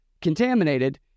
contaminated